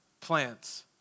plants